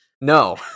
no